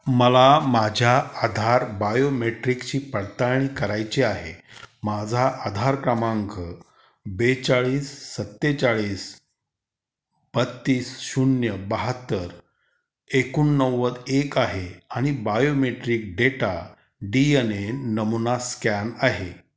मला माझ्या आधार बायोमेट्रिकची पडताळणी करायची आहे माझा आधार क्रमांक बेचाळीस सत्तेचाळीस बत्तीस शून्य बहात्तर एकोणनव्वद एक आहे आणि biometric data D N A नमुना स्कॅन आहे